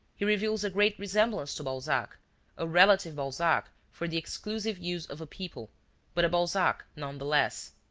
he reveals a great resemblance to balzac a relative balzac, for the exclusive use of a people but a balzac none the less.